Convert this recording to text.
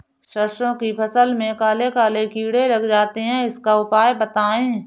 सरसो की फसल में काले काले कीड़े लग जाते इसका उपाय बताएं?